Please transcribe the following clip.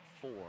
four